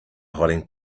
hiding